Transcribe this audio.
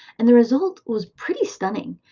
and the result was pretty stunning.